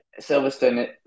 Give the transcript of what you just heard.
Silverstone